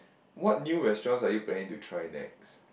what new restaurants are you planning to try next